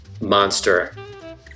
monster